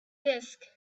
disk